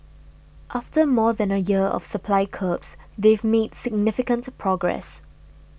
after more than a year of supply curbs they've made significant progress